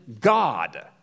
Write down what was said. God